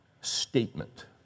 statement